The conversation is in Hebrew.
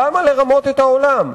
למה לרמות את העולם?